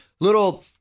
little